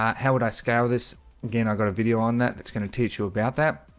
um how would i scale this again i've got a video on that that's going to teach you about that